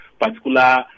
particular